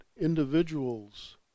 individuals